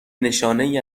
نشانهای